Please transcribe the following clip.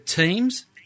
team's